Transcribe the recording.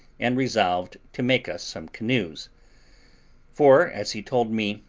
and resolved to make us some canoes for, as he told me,